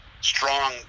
strong